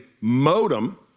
modem